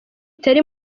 terry